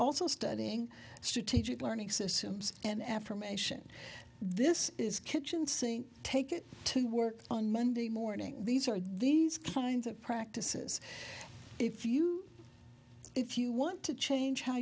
also studying strategic learning systems and affirmation this is kitchen sink take it to work on monday morning these are these kinds of practices if you if you want to change how